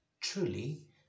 Truly